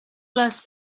last